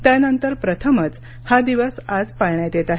त्यानंतर प्रथमच हा दिवस आज पाळण्यात येत आहे